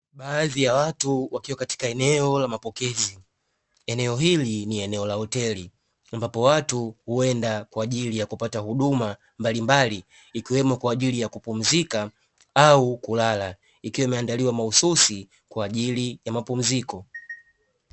Baadhi ya watu wakiwa katika eneo la mapokezi eneo hili ni eneo la hoteli, ambapo watu huenda kwa ajili ya kupata huduma mbalimbali ikiwemo kwa ajili ya kupumzika au kulala ikiwa imeandaliwa mahususi kwa ajili ya mapumziko.